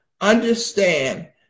understand